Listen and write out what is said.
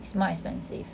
it's more expensive